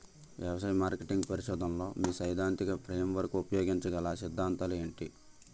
వ్యవసాయ మార్కెటింగ్ పరిశోధనలో మీ సైదాంతిక ఫ్రేమ్వర్క్ ఉపయోగించగల అ సిద్ధాంతాలు ఏంటి?